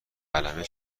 قلمه